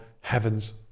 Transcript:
heavens